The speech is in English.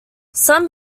some